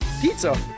Pizza